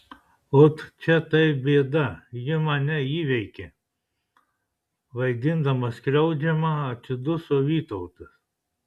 ot čia tai bėda ji mane įveikia vaidindamas skriaudžiamą atsiduso vytautas